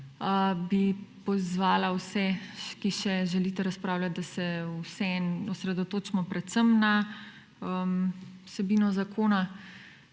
bi pozvala vse, ki še želite razpravljati, da se vseeno osredotočimo predvsem na vsebino zakona,